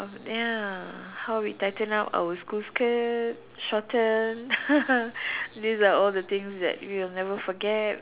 ya how we tightened up our school skirt shorten these are all the things that we will never forget